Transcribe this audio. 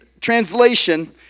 translation